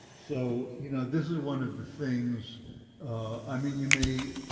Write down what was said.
so, you know, this is one of the things i mean, you may